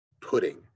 pudding